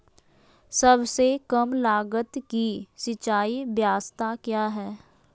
सबसे कम लगत की सिंचाई ब्यास्ता क्या है?